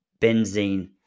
benzene